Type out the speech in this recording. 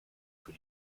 für